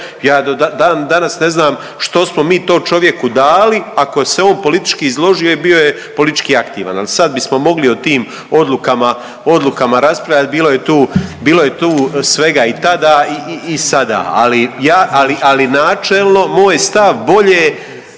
dan danas ne znam što smo mi to čovjeku dali ako se on politički izložio i bio je politički aktivan. Ali sad bismo mogli o tim odlukama raspravljati. Bilo je tu svega i tada i sada, ali načelno moj stav bolje